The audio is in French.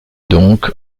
donc